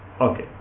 okay